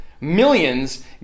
millions